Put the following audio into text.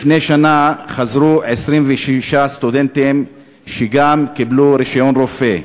לפני שנה חזרו 26 סטודנטים שגם הם קיבלו רישיון רופא.